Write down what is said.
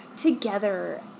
together